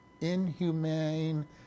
Inhumane